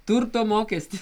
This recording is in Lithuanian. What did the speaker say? turto mokestis